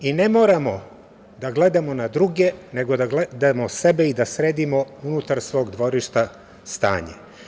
I ne moramo da gledamo na druge, nego da gledamo sebe i da sredimo unutar svog dvorišta stanje.